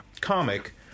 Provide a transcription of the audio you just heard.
comic